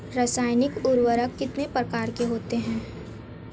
रासायनिक उर्वरक कितने प्रकार के होते हैं?